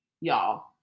y'all